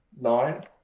nine